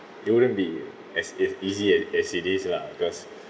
it wouldn't be as is easy as it is lah because